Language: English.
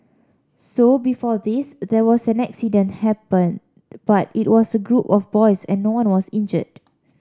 so before this there was an accident happened but it was a group of boys and no one was injured